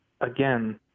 again